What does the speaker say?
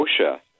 OSHA